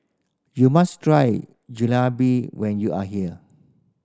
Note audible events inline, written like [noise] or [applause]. you must try [unintelligible] when you are here